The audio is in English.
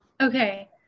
Okay